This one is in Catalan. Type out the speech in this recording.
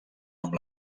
amb